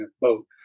boat